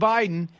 Biden